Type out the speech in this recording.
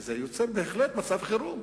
וזה יוצר בהחלט מצב חירום,